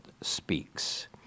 speaks